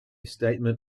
statement